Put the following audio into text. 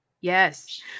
Yes